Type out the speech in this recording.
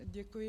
Děkuji.